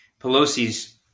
Pelosi's